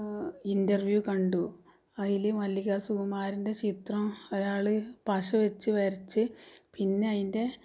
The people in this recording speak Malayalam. ഇൻറ്റർവ്യൂ കണ്ടു അതിൽ മല്ലിക സുകുമാരൻ്റെ ചിത്രം ഒരാൾ പശ വച്ച് വരച്ചിട്ട് പിന്നെ അതിൻ്റെ